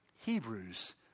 Hebrews